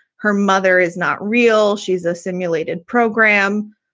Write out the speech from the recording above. her mother is not real. she's a simulated program.